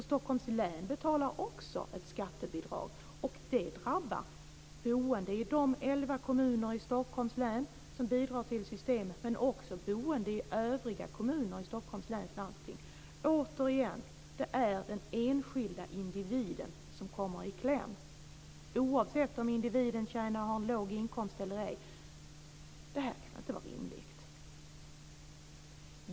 Stockholms län betalar också ett skattebidrag, och det drabbar boende i de elva kommuner i Stockholms län som bidrar till systemet men också boende i övriga kommuner i Stockholms läns landsting. Återigen: Det är den enskilda individen som kommer i kläm, oavsett om individen har låg inkomst eller ej. Det här kan inte vara rimligt.